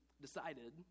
decided